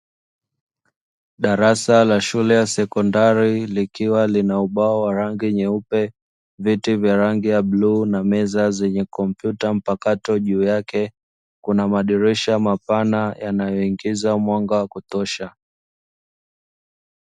Darasa la shule ya sekondari likiwa lina ubao wa rangi nyeupe, viti vya rangi ya bluu na meza zenye kompyuta mpakato juu yake; kuna madirisha mapana yanayoingiza mwanga wa kutosha.